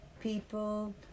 People